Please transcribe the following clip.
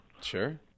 Sure